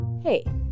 Hey